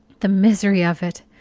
the misery of it!